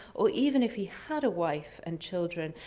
or even if he had a wife and children.